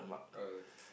alright